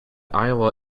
iowa